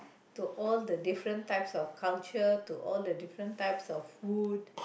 to all the different types of culture to all the different types of food